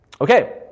Okay